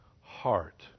heart